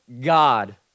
God